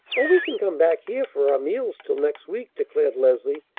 oh, we can come back here for our meals till next week, declared leslie.